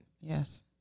Yes